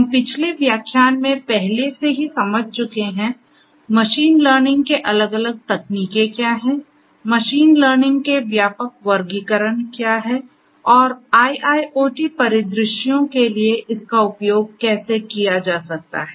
हम पिछले व्याख्यान में पहले से ही समझ चुके हैं मशीन लर्निंग के अलग अलग तकनीकें क्या हैं मशीन लर्निंग के व्यापक वर्गीकरण क्या है और IIoT परिदृश्यों के लिए इसका उपयोग कैसे किया जा सकता है